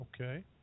Okay